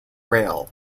rail